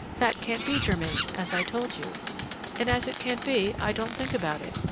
that can't be, germain, as i told you and as it can't be, i don't think about it.